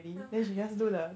ah